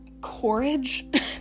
courage